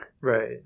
Right